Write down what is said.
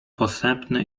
posępny